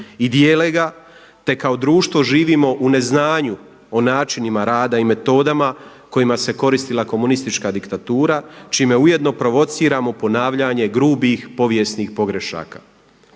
i dijele ga, te kao društvo živimo u neznanju o načinima rada i metodama kojima se koristila komunistička diktatura čime ujedno provociramo ponavljanje grubih povijesnih pogrešaka.